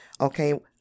okay